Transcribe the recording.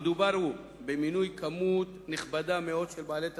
המדובר הוא במינוי מספר נכבד מאוד של בעלי תפקידים.